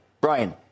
Brian